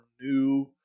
new